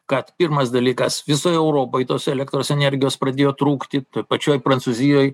kad pirmas dalykas visoj europoj tos elektros energijos pradėjo trūkti pačioj prancūzijoj